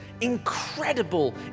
Incredible